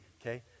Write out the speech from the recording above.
okay